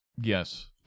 Yes